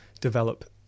develop